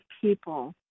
people